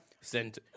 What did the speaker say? send